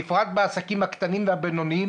בפרט בעסקים הקטנים והבינוניים,